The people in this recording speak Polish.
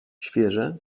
świeże